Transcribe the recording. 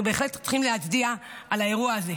אנחנו בהחלט צריכים להצדיע על האירוע הזה.